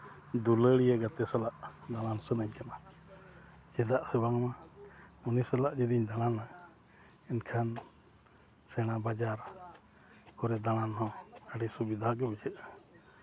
ᱫᱩᱞᱟᱹᱲᱤᱭᱟᱹ ᱜᱟᱛᱮ ᱥᱟᱞᱟᱜ ᱫᱟᱬᱟᱱ ᱥᱟᱱᱟᱧ ᱠᱟᱱᱟ ᱪᱮᱫᱟᱜ ᱥᱮ ᱵᱟᱝᱢᱟ ᱩᱱᱤ ᱥᱟᱞᱟᱜ ᱡᱩᱫᱤᱧ ᱫᱟᱬᱟᱱᱟ ᱮᱱᱠᱷᱟᱱ ᱥᱮᱬᱟ ᱵᱟᱡᱟᱨ ᱠᱚᱨᱮ ᱫᱟᱬᱟᱱ ᱦᱚᱸ ᱟᱹᱰᱤ ᱥᱩᱵᱤᱫᱷᱟᱜᱮ ᱵᱩᱡᱷᱟᱹᱜᱼᱟ